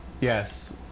Yes